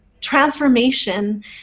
transformation